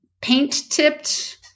paint-tipped